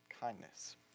kindness